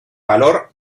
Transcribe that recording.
valor